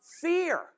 fear